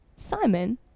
Simon